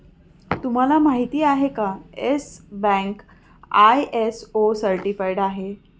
तुम्हाला माहिती आहे का, येस बँक आय.एस.ओ सर्टिफाइड आहे